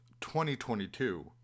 2022